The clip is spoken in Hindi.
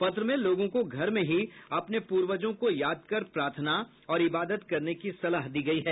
पत्र में लोगों को घर में ही अपने पूर्वजों को याद कर प्रार्थना और इबादत करने की सलाह दी गयी है